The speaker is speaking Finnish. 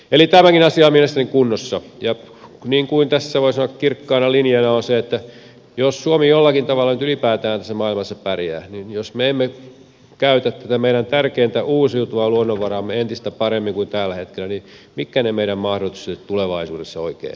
eli tämäkin asia on mielestäni kunnossa ja tässä voi sanoa että kirkkaana linjana on se että jos suomi jollakin tavalla nyt ylipäätään tässä maailmassa pärjää niin jos me emme käytä tätä meidän tärkeintä uusiutuvaa luonnonvaraamme entistä paremmin kuin tällä hetkellä niin mitkä ne meidän mahdollisuudet tulevaisuudessa oikein ovat